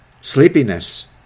sleepiness